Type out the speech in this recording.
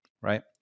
right